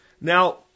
Now